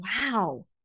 wow